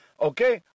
okay